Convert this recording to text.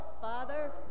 Father